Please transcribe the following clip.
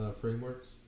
frameworks